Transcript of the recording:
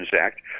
Act